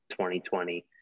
2020